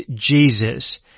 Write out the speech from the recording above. Jesus